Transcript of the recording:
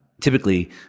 typically